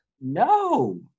No